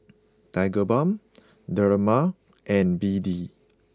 Tigerbalm Dermale and B D